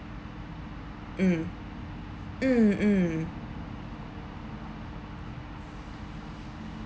mm mm mm